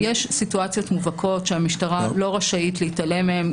יש סיטואציות מובהקות שהמשטרה לא רשאית להתעלם מהן.